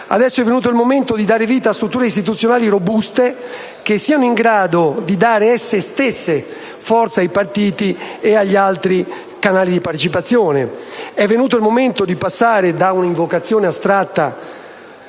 adesso è venuto il momento di dare vita a strutture istituzionali robuste che siano in grado di dare, esse stesse, forza ai partiti e agli altri canali di partecipazione. È venuto il momento di passare da un'invocazione astratta